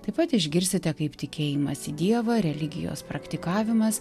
taip pat išgirsite kaip tikėjimas į dievą religijos praktikavimas